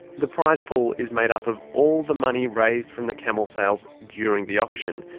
the prize pool is made up of all the money raised from the camel sales during the auction.